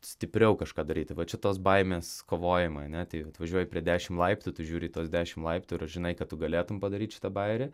stipriau kažką daryti va čia tos baimės kovojimai ane tie atvažiuoji prie dešimt laiptų tu žiūri į tuos dešimt laiptų ir žinai kad tu galėtum padaryt šitą bajerį